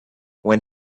when